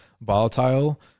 volatile